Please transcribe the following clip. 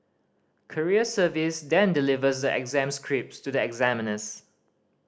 courier service then delivers the exam scripts to the examiners